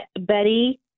Betty